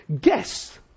guess